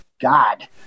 God